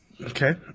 Okay